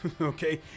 okay